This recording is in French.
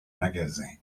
magasins